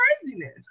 craziness